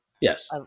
Yes